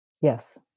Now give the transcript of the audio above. Yes